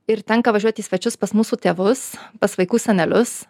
ir tenka važiuoti į svečius pas mūsų tėvus pas vaikų senelius